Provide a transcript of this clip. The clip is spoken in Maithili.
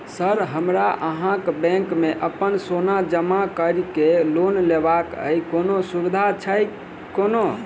सर हमरा अहाँक बैंक मे अप्पन सोना जमा करि केँ लोन लेबाक अई कोनो सुविधा छैय कोनो?